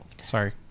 Sorry